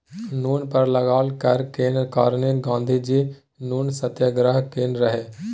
नुन पर लागल कर केर कारणेँ गाँधीजी नुन सत्याग्रह केने रहय